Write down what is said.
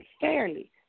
fairly